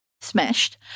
smashed